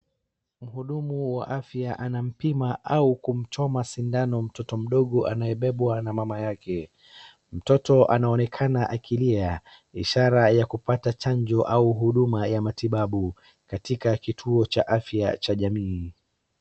Mhudumu wa afya anampima au kumchoma sindano mtoto mdogo anayebebwa na mama yake. Mtoto anaonekana akilia ishara ya kupata chanjo au huduma ya matibabu katika kituo cha afya cha jamii.